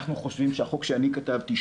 אנחנו חושבים שהחוק שאני כתבתי,